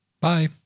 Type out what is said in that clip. Bye